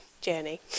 journey